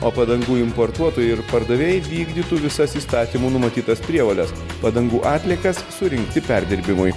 o padangų importuotojai ir pardavėjai vykdytų visas įstatymų numatytas prievoles padangų atliekas surinkti perdirbimui